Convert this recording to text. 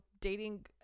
dating